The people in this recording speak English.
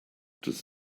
does